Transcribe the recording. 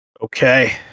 Okay